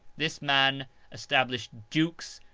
this man established dukes,